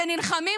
שנלחמים,